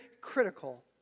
critical